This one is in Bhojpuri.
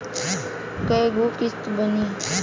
कय गो किस्त बानी?